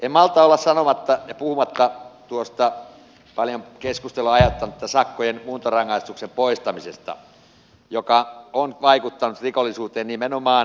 en malta olla sanomatta ja puhumatta tuosta paljon keskustelua aiheuttaneesta sakkojen muuntorangaistuksen poistamisesta joka on vaikuttanut rikollisuuteen nimenomaan taparikollisuuteen